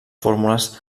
fórmules